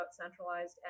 centralized